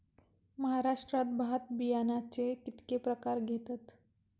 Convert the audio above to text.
महाराष्ट्रात भात बियाण्याचे कीतके प्रकार घेतत?